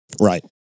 Right